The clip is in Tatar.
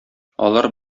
алар